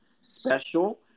special